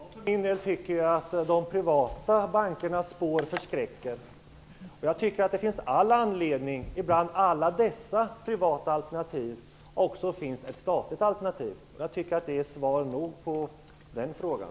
Fru talman! Jag för min del tycker att de privata bankernas spår förskräcker. Det finns all anledning att bland alla dessa privata alternativ också ha ett statligt alternativ. Jag tycker att det är svar nog på Karin